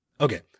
Okay